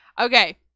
okay